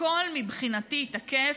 הכול מבחינתי תקף.